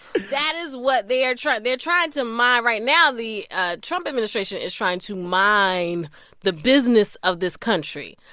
that is what they are trying they're trying to mind right now the ah trump administration is trying to mind the business of this country.